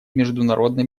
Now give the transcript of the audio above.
международной